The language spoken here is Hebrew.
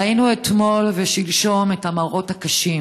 ראינו אתמול ושלשום את המראות הקשים.